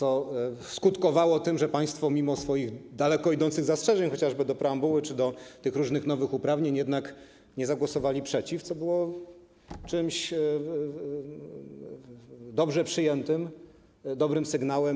To skutkowało tym, że państwo mimo swoich daleko idących zastrzeżeń, chociażby do preambuły czy do różnych nowych uprawnień, jednak nie zagłosowali przeciw, co było czymś dobrze przyjętym, dobrym sygnałem.